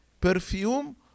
perfume